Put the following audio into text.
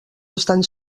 estan